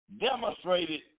demonstrated